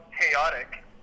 chaotic